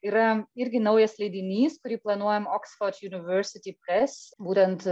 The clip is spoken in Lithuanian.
yra irgi naujas leidinys kurį planuojam oxford university press būtent